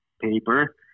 paper